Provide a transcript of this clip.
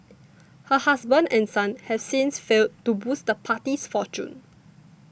her husband and son have since failed to boost the party's fortunes